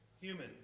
human